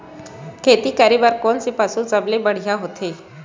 खेती करे बर कोन से पशु सबले बढ़िया होथे?